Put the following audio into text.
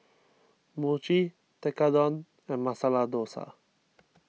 Mochi Tekkadon and Masala Dosa